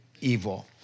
evil